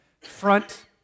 front